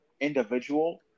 individual